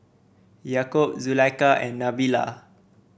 Yaakob Zulaikha and Nabila